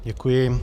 Děkuji.